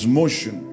motion